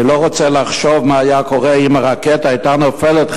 אני לא רוצה לחשוב מה היה קורה אם הרקטה היתה נופלת,